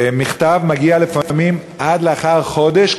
מכתב מגיע לפעמים עד לאחר חודש,